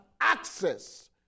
access